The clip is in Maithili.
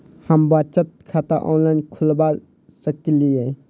हम बचत खाता ऑनलाइन खोलबा सकलिये?